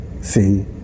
See